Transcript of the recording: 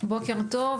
בוקר טוב,